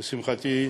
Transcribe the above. לשמחתי,